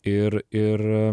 ir ir